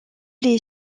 les